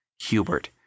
Hubert